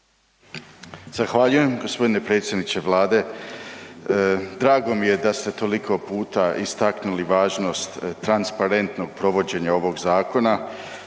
Zahvaljujem g. predsjedniče Vlade. Drago mi je da ste toliko puta istaknuli važnost transparentnog provođenja ovog zakona.